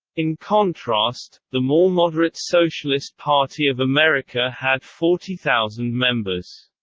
in contrast, the more moderate socialist party of america had forty thousand members.